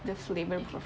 it's